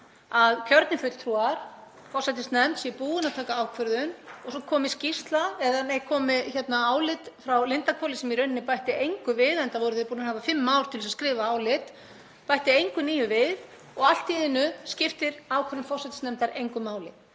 að kjörnir fulltrúar, forsætisnefnd, séu búnir að taka ákvörðun og svo komi álit frá Lindarhvoli sem í rauninni bætir engu við, enda voru þeir búnir að hafa fimm ár til þess að skrifa álit — bætir engu nýju við — og allt í einu skiptir ákvörðun forsætisnefndar engu máli.